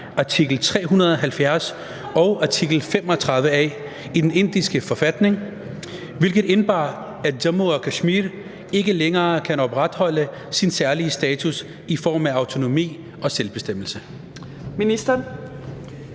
artikel 370 og artikel 35a i den indiske forfatning, hvilket indebar, at Jammu og Kashmir ikke længere kan opretholde sin særlige status i form af autonomi og selvbestemmelse?